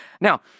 Now